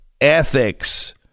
ethics